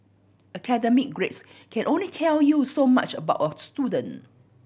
academic grades can only tell you so much about a student